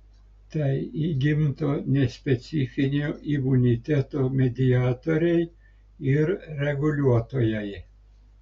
tai įgimto nespecifinio imuniteto mediatoriai ir reguliuotojai